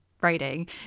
writing